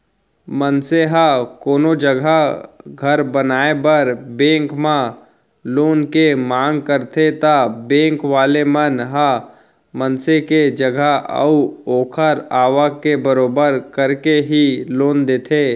मनसे ह कोनो जघा घर बनाए बर बेंक म लोन के मांग करथे ता बेंक वाले मन ह मनसे के जगा अऊ ओखर आवक के बरोबर करके ही लोन देथे